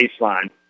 baseline